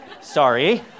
sorry